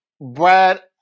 Brad